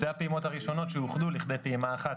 שני הפעימות הראשונות שאוחדו לכדי פעימה אחת,